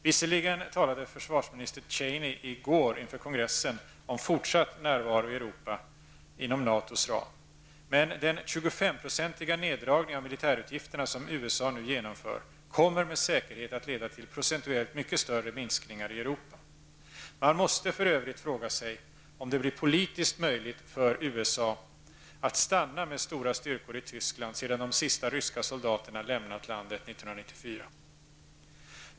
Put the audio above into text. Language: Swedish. Visserligen talade försvarsminister Cheney i går inför kongressen om fortsatt närvaro i Europa inom NATOs ram, men den 25-procentiga neddragning av militärutgifterna, som USA nu genomför, kommer med säkerhet att leda till procentuellt mycket större minskningar i Europa. Man måste för övrigt fråga sig om det blir politiskt möjligt för USA att stanna med stora styrkor i Tyskland sedan de sista ryska soldaterna lämnat landet 1994.